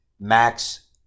Max